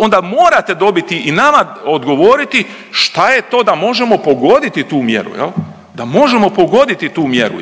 onda morate dobiti i nama odgovoriti šta je to da možemo pogoditi tu mjeru, da možemo pogoditi tu mjeru.